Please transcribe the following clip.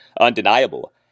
undeniable